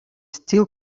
still